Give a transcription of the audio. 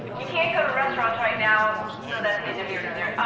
you can't go to restaurants right now, so that's neither here nor there.